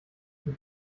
mit